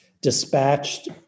dispatched